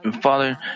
Father